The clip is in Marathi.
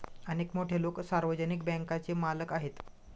अनेक मोठे लोकं सार्वजनिक बँकांचे मालक आहेत